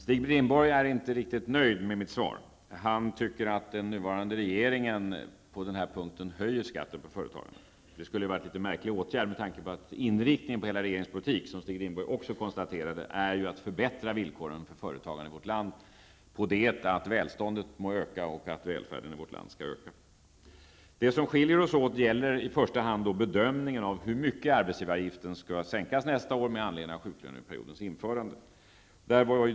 Stig Rindborg är inte riktigt nöjd med mitt svar. Han tycker att den nuvarande regeringen på den här punkten höjer skatten för företagarna. Det skulle ha varit en litet märklig åtgärd med tanke på inriktningen av hela regeringens politik, vilken Stig Rindborg också konstaterade är att förbättra villkoren för företagarna i vårt land på det att välståndet och välfärden må öka. Det som skiljer oss åt gäller i första hand bedömningen av hur mycket arbetsgivaravgiften skall sänkas nästa år med anledning av sjuklöneperiodens införande.